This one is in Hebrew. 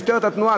משטרת התנועה,